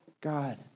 God